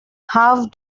how